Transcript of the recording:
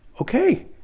okay